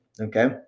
Okay